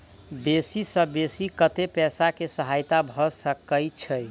बेसी सऽ बेसी कतै पैसा केँ सहायता भऽ सकय छै?